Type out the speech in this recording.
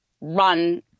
run